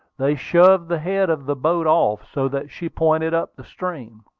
they shoved the head of the boat off, so that she pointed up the stream,